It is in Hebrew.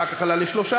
אחר כך עלה ל-3,